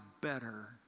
better